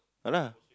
ah lah